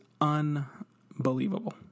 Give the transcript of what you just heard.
unbelievable